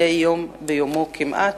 מדי יום ביומו כמעט,